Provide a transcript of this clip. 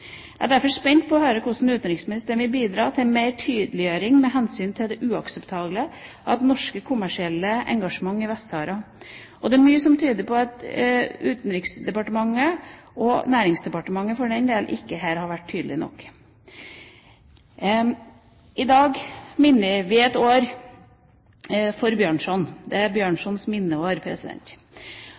Jeg er derfor spent på å høre hvordan utenriksministeren vil bidra til mer tydeliggjøring med hensyn til at det er uakseptabelt med norsk kommersielt engasjement i Vest-Sahara, og det er mye som tyder på at Utenriksdepartementet, og Næringsdepartementet for den del, ikke har vært tydelig nok. I dag minnes vi Bjørnson. Det er Bjørnsons